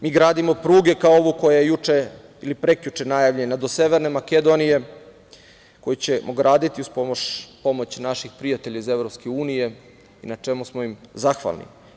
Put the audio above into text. Mi gradimo pruge, kao ovu koja je juče ili prekjuče najavljena do Severne Makedonije koju ćemo graditi uz pomoć naših prijatelja iz EU i na čemu smo im zahvalni.